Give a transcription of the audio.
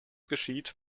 geschieht